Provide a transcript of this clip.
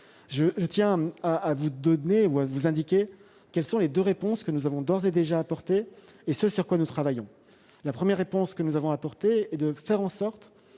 de presse. Je vous indique les deux réponses que nous avons d'ores et déjà apportées, et ce sur quoi nous travaillons. La première réponse que nous avons apportée est de faire en sorte